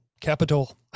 capital